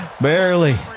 Barely